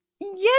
yes